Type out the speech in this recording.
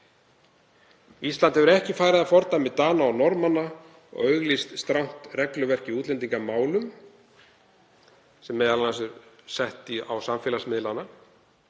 Ísland hefur ekki farið að fordæmi Dana og Norðmanna og auglýst strangt regluverk í útlendingamálum sem m.a. er sett á samfélagsmiðlana